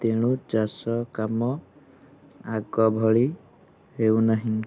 ତେଣୁ ଚାଷକାମ ଆଗଭଳି ହେଉନାହିଁ